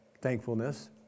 thankfulness